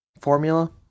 formula